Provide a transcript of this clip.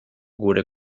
gure